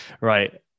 Right